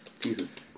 Jesus